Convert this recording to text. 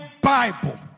bible